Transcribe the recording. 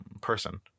person